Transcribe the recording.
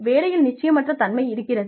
வேலையில் நிச்சயமற்ற தன்மை இருக்கிறது